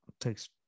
takes